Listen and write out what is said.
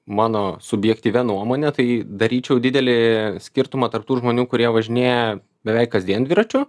mano subjektyvia nuomone tai daryčiau didelį skirtumą tarp tų žmonių kurie važinėja beveik kasdien dviračiu